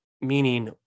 meaning